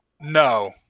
No